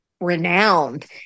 renowned